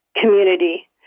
community